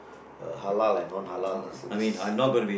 uh halal and non halal lah so this is